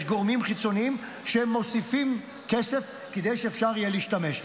יש גורמים חיצוניים שמוסיפים כסף כדי שאפשר יהיה להשתמש.